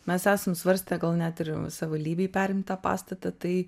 mes esam svarstę gal net ir savivaldybei perimt tą pastatą tai